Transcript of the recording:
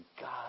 God